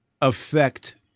affect